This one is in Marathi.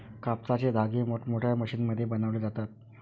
कापसाचे धागे मोठमोठ्या मशीनमध्ये बनवले जातात